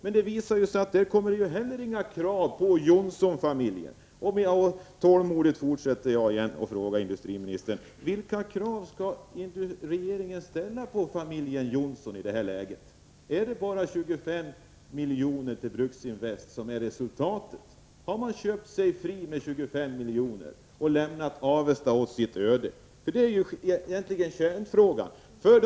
Men det visar sig, att inte heller från den kommer några krav på Johnsonfamiljen. Och jag fortsätter tålmodigt att fråga industriministern: Vilka krav skall regeringen ställa på familjen Johnson i det här läget? Är resultatet bara de 25 miljonerna till Bruksinvest? Har man köpt sig fri med 25 miljoner och lämnat Avesta åt sitt öde? Det är egentligen kärnpunkten.